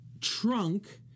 trunk